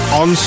on